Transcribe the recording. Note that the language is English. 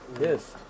Yes